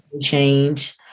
Change